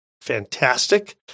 fantastic